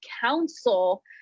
Council